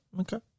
okay